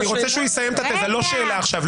לא שאלה עכשיו.